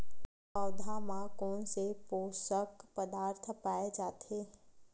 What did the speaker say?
पौधा मा कोन से पोषक पदार्थ पाए जाथे?